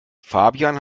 fabian